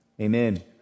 Amen